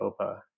OPA